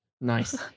Nice